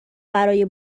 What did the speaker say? برای